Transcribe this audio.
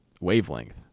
wavelength